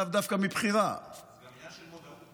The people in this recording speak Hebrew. לאו דווקא מבחירה זה גם עניין של מודעות.